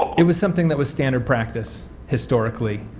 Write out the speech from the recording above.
it was something that was standard practice historically.